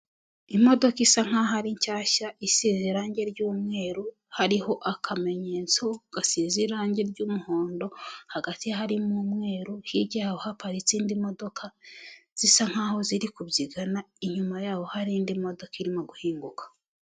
Imodoka isa nk'aho ari nshyashya isize irangi ry'umweru hariho akamenyetso gasize irangi ry'umuhondo hagati harimo umweru, hirya yaho haparitse indi modoka zisa nkaho ziri kubyigana, inyuma yaho hari indi modoka irimo guhinguka.